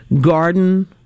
Garden